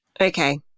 Okay